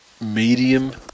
medium